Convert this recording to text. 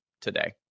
today